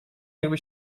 jakby